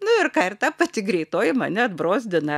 nu ir ką ir ta pati greitoji mane atbrozdina